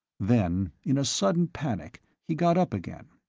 then, in a sudden panic, he got up again.